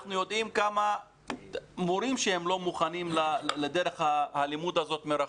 אנחנו יודעים כמה מורים שהם לא מוכנים לדרך הלימוד הזאת מרחוק.